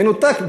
מנותק,